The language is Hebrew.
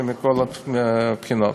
ומכל הבחינות.